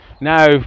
now